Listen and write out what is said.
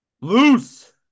loose